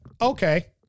Okay